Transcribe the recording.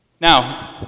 Now